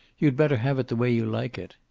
you'd better have it the way you like it.